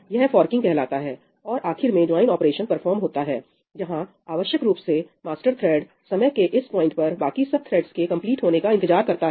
यह फोर्किंग कहलाता है और आखिर में ज्वाइन ऑपरेशन परफॉर्म होता है जहां आवश्यक रूप से मास्टर थ्रेड समय के इस पॉइंट पर बाकी सब थ्रेडस के कंप्लीट होने का इंतजार करता है